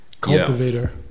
Cultivator